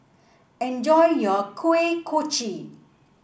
enjoy your Kuih Kochi